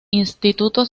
instituto